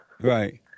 Right